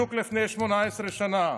בדיוק לפני 18 שנה,